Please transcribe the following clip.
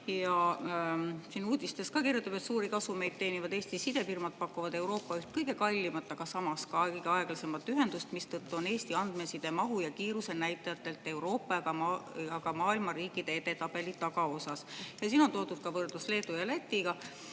Ühes uudises kirjutatakse, et suuri kasumeid teenivad Eesti sidefirmad pakuvad Euroopa üht kõige kallimat, aga samas ka kõige aeglasemat ühendust, mistõttu on Eesti andmeside, mahu ja kiiruse näitajatelt Euroopa ja ka maailma riikide edetabeli tagaosas. Siin on toodud ka võrdlus Leedu ja Lätiga.